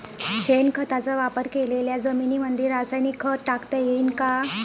शेणखताचा वापर केलेल्या जमीनीमंदी रासायनिक खत टाकता येईन का?